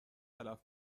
تلف